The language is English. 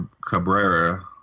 Cabrera